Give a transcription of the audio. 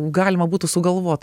galima būtų sugalvot